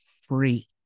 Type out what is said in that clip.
free